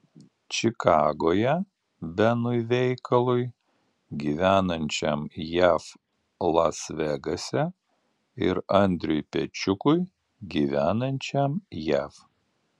čikagoje benui veikalui gyvenančiam jav las vegase ir audriui pečiukui gyvenančiam jav